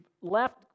left